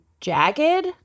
jagged